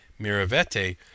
Miravete